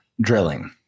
drilling